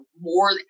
more